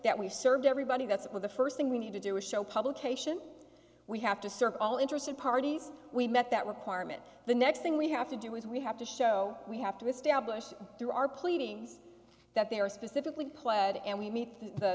that we've served everybody that's it with the first thing we need to do is show publication we have to search all interested parties we met that requirement the next thing we have to do is we have to show we have to establish through our pleadings that they are specifically played and we meet the